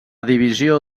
divisió